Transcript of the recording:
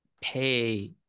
pay